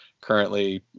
currently